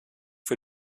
für